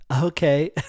Okay